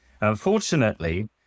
Unfortunately